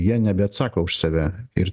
jie nebeatsako už save ir